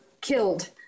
killed